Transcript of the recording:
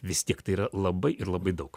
vis tiek tai yra labai ir labai daug